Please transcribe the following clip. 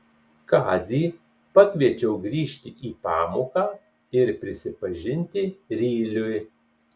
kazį pakviečiau grįžti į pamoką ir prisipažinti ryliui